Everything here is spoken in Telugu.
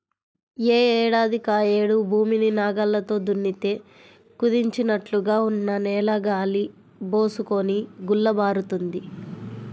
యే ఏడాదికాయేడు భూమిని నాగల్లతో దున్నితే కుదించినట్లుగా ఉన్న నేల గాలి బోసుకొని గుల్లబారుతుంది